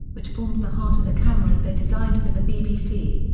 which formed the heart of the cameras they designed for the bbc.